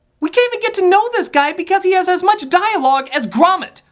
we can't even get to know this guy because he has as much dialogue as grommet!